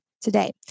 today